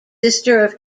sister